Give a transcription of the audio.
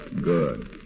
Good